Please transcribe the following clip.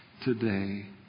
today